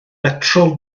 betrol